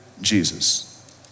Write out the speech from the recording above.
Jesus